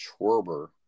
Schwerber